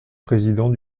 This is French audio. président